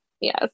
Yes